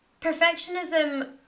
Perfectionism